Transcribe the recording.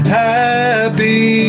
happy